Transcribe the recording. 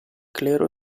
clero